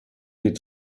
geht